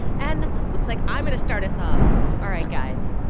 and looks like i'm going to start us off. all right, guys.